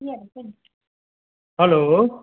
hello